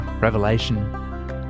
Revelation